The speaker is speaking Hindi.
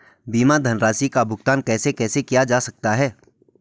बीमा धनराशि का भुगतान कैसे कैसे किया जा सकता है?